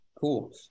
Cool